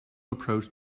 approach